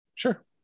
Sure